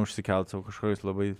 užsikelt sau kažkokius labai